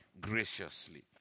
graciously